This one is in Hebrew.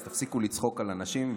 אז תפסיקו לצחוק על אנשים,